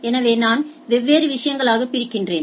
எனவே நான் வெவ்வேறு விஷயங்களாக பிரிக்கிறேன்